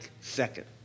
second